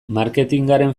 marketingaren